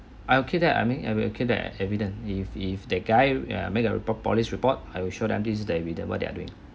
okay that I mean I will keep the evidence if if that guy uh made a police report I will show them this is the evidence what they're doing